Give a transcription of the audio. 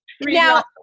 Now